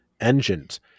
engines